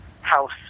house